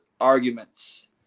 arguments